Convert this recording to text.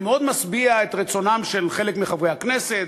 שמאוד משביע את רצונם של חלק מחברי הכנסת,